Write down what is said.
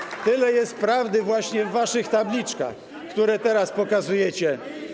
Również tyle jest prawdy właśnie w waszych tabliczkach, które teraz pokazujecie.